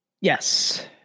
Yes